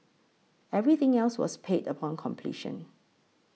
everything else was paid upon completion